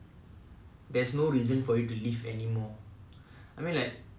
if you wanna get married and be happy love is about seeing the other person happy